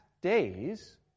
days